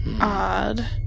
odd